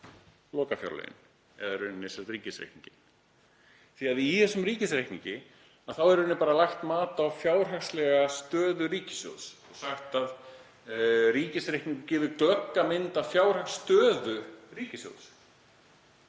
lokafjárlögin eða í rauninni ríkisreikninginn? Í þessum ríkisreikningi þá er í rauninni bara lagt mat á fjárhagslega stöðu ríkissjóðs og sagt að ríkisreikningurinn gefi glögga mynd af fjárhagsstöðu ríkissjóðs